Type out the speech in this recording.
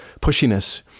pushiness